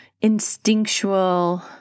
instinctual